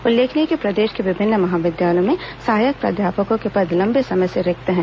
उल्लेखनीय है कि प्रदेश के विभिन्न महाविद्यालयों में सहायक प्राध्यापकों के पद लम्बे समय से रिक्त हैं